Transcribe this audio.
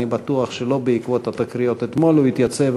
אני בטוח שלא בעקבות התקריות אתמול הוא התייצב,